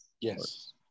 Yes